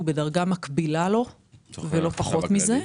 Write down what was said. שהוא בדרגה מקבילה לו ולא פחות מזה.